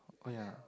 ya